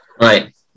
right